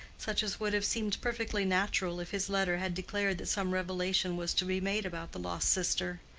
such as would have seemed perfectly natural if his letter had declared that some revelation was to be made about the lost sister.